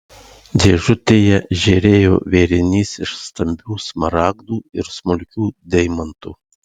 dėžutėje žėrėjo vėrinys iš stambių smaragdų ir smulkių deimantų